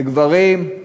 לגברים,